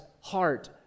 heart